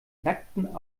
nacktem